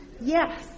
Yes